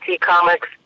comics